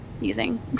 using